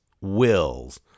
wills